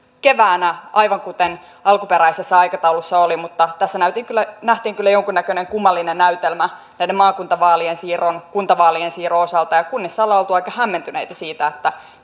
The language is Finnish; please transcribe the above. keväänä aivan kuten alkuperäisessä aikataulussa oli mutta tässä nähtiin kyllä nähtiin kyllä jonkunnäköinen kummallinen näytelmä näiden maakuntavaalien siirron kuntavaalien siirron osalta ja kunnissa ollaan oltu aika hämmentyneitä siitä